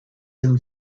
been